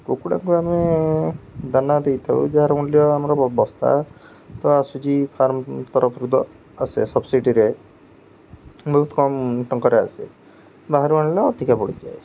କୁକୁଡ଼ାଙ୍କୁ ଆମେ ଦାନା ଦେଇଥାଉ ଯାହାର ମୂଲ୍ୟ ଆମର ବସ୍ତା ତ ଆସୁଛି ଫାର୍ମ ତରଫରୁ ତ ଆସେ ସବସିଡ଼ିରେ ବହୁତ କମ୍ ଟଙ୍କାରେ ଆସେ ବାହାରୁ ଆଣିଲେ ଅଧିକା ପଡ଼ିଯାଏ